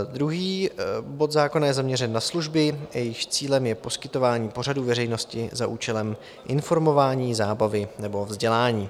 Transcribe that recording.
Druhý bod zákona je zaměřen na služby, jejichž cílem je poskytování pořadů veřejnosti za účelem informování, zábavy nebo vzdělání.